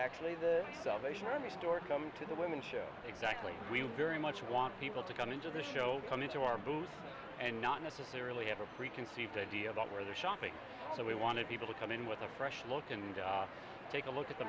actually the salvation army store coming to the women show exactly we were very much want people to come into the show come into our booth and not necessarily have a preconceived idea about where they're shopping so we wanted people to come in with a fresh look and take a look at the